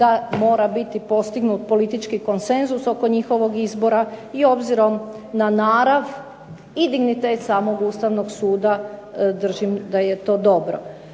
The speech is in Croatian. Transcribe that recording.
da mora biti postignut politički konsenzus oko njihovog izbora i obzirom na narav i dignitet samog Ustavnog suda držim da je to dobro.